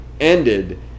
ended